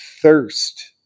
thirst